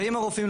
ואם הרופאים,